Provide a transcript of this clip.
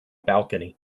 balcony